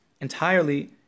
entirely